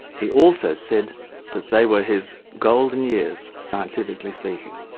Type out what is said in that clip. he also said that they were his golden years, scientifically speaking.